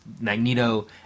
Magneto